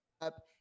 up